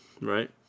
right